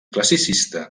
classicista